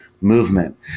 movement